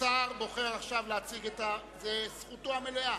השר בוחר עכשיו להציג, זאת זכותו המלאה,